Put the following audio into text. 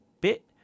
bit